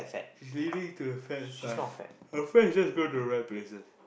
he's leaving to the friends side my friends is just going to rent places